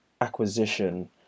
acquisition